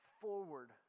forward